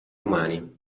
umani